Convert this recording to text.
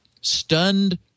stunned